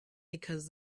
because